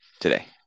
today